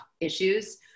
issues